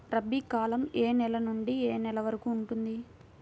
రబీ కాలం ఏ నెల నుండి ఏ నెల వరకు ఉంటుంది?